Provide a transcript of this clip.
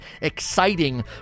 exciting